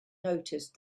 noticed